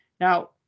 Now